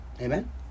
Amen